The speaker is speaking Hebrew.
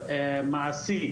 הגברים,